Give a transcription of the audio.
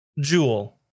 Jewel